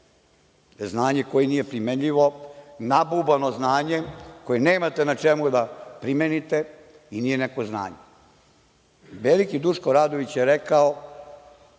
znanje koje nije primenljivo, nabubano znanje, koje nemate na čemu da primenite, i nije neko znanje. Veliki Duško Radović je rekao